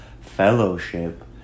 fellowship